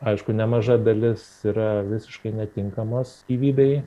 aišku nemaža dalis yra visiškai netinkamos gyvybei